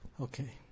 Okay